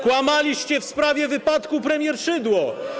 Kłamaliście w sprawie wypadku premier Szydło.